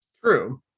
True